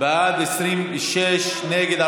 בעד 26, נגד,